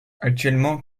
actuellement